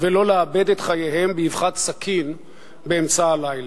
ולא לאבד את חייהם באבחת סכין באמצע הלילה.